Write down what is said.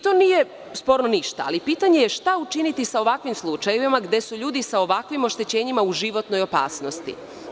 To nije ništa sporno, ali pitanje je – šta učiniti sa ovakvim slučajevima gde su ljudi sa ovakvim oštećenjima u životnoj opasnosti?